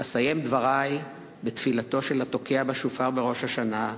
אסיים דברי בתפילתו של התוקע בשופר בראש השנה,